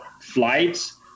flights